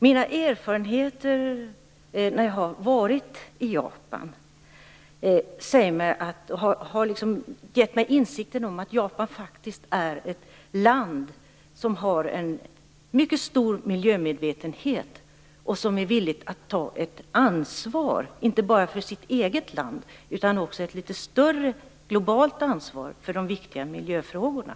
Mina erfarenheter från mina besök i Japan har gett mig insikten att Japan faktiskt är ett land med en stor miljömedvetenhet och som är villigt att ta ett ansvar - inte bara för det egna landet utan också ett större globalt ansvar för de viktiga miljöfrågorna.